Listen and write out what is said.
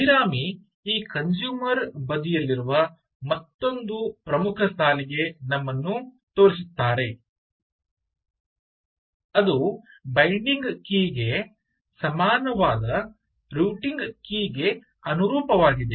ಅಭಿರಾಮಿ ಈ ಕನ್ಸೂಮರ್ ಬದಿಯಲ್ಲಿರುವ ಮತ್ತೊಂದು ಪ್ರಮುಖ ಸಾಲಿಗೆ ನಮ್ಮನ್ನು ತೋರಿಸುತ್ತಾರೆ ಅದು ಬೈಂಡಿಂಗ್ ಕೀಗೆ ಸಮಾನವಾದ ರೂಟಿಂಗ್ ಕೀ ಗೆ ಅನುರೂಪವಾಗಿದೆ